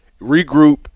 regroup